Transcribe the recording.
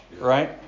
right